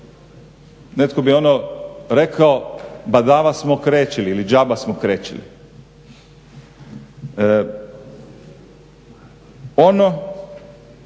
netko bi rekao badava smo krečili ili džaba smo krečili. Ono